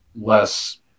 less